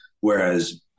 whereas